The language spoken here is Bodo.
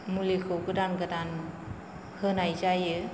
मुलिखौ गोदान गोदान होनाय जायो